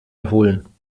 erholen